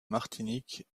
martinique